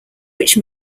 which